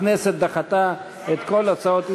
הכנסת דחתה את כל הצעות האי-אמון.